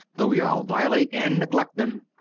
though we all violate and neglect them.